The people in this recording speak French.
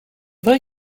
vrai